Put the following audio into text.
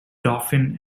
dauphin